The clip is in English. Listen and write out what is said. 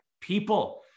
people